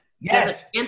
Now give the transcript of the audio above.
yes